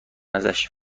ازش